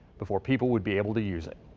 before people would be able to use it.